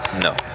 No